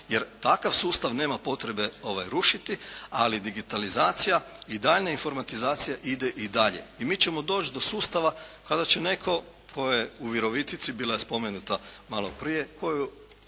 Jer takav sustav nema potrebe rušiti, ali digitalizacija i daljnja informatizacija ide i dalje. I mi ćemo doći do sustava kada će netko tko je u Virovitici, bila je spomenuta maloprije, tko